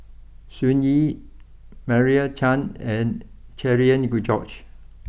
Sun Yee Meira Chand and Cherian George